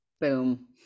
Boom